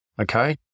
okay